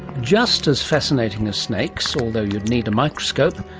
just as fascinating as snakes, although you'd need a microscope,